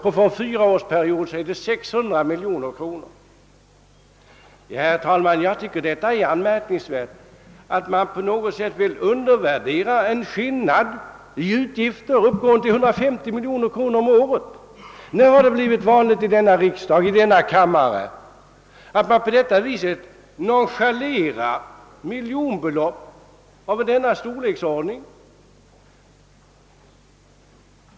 På en fyraårsperiod blir det 600 miljoner kronor. Herr talman! Det är anmärkningsvärt att man på detta sätt vill undervärdera en skillnad i utgifter uppgående till 150 miljoner kronor om året. När blev det vanligt i riksdagen att nonchalera belopp av denna storleksordning?